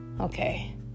okay